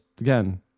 again